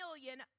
million